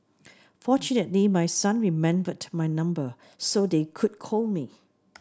fortunately my son remembered my number so they could call me